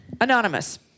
Anonymous